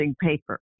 paper